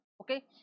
Okay